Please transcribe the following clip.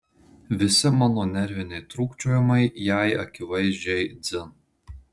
visi mano nerviniai trūkčiojimai jai akivaizdžiai dzin